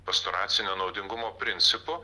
pastoracinio naudingumo principu